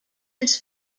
his